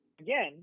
Again